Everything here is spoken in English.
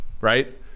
right